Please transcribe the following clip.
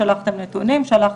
ביקשתם נתונים ושלחנו לכם.